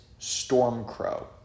Stormcrow